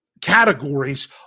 categories